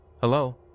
Hello